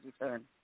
return